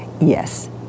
Yes